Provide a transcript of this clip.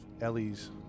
Ellie's